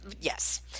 yes